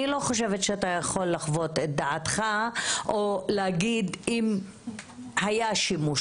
אני לא חושבת שאתה יכול לחוות את דעתך או להגיד אם היה שימוש